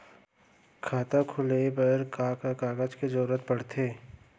खाता खोलवाये बर का का कागज के जरूरत पड़थे?